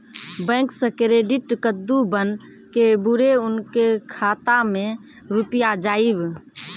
Bank से credit card बन के बुरे उनके खाता मे रुपिया जाएब?